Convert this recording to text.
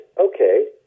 okay